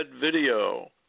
video